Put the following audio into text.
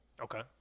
Okay